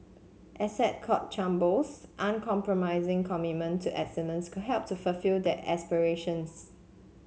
Essex Court Chambers uncompromising commitment to excellence could help to fulfil that aspiration